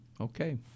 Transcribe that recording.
Okay